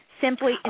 simply